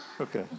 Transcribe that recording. okay